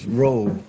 role